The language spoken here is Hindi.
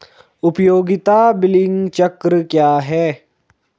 उपयोगिता बिलिंग चक्र क्या है?